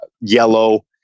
yellow